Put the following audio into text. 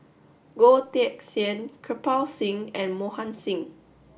Goh Teck Sian Kirpal Singh and Mohan Singh